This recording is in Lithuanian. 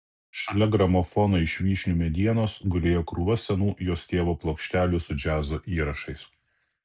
šalia gramofono iš vyšnių medienos gulėjo krūva senų jos tėvo plokštelių su džiazo įrašais